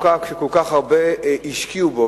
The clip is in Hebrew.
שכל כך הרבה השקיעו בו,